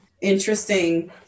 interesting